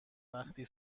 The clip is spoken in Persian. وقتی